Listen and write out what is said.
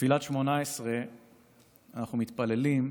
בתפילת שמונה עשרה אנחנו מתפללים: